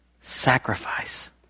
sacrifice